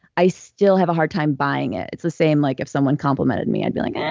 i still have a hard time buying it. it's the same like if someone complimented me i'd be like,